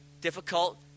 difficult